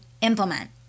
implement